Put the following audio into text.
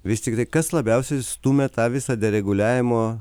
vis tiktai kas labiausiai stumia tą visą dereguliavimo